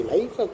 Life